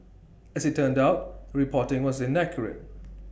as IT turned out the reporting was inaccurate